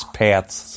paths